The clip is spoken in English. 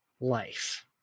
life